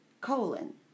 colon